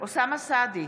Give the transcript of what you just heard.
אוסאמה סעדי,